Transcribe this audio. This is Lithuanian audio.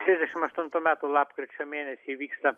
trisdešimt aštuntų lapkričio mėnesį įvyksta